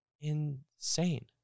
insane